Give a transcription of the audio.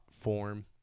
form